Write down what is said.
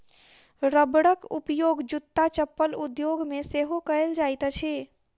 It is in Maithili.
रबरक उपयोग जूत्ता चप्पल उद्योग मे सेहो कएल जाइत अछि